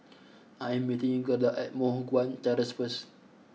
I am meeting Gerda at Moh Guan Terrace first